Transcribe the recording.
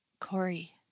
Corey